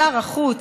שר החוץ,